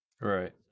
Right